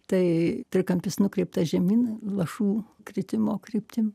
tai trikampis nukreiptas žemyn lašų kritimo kryptim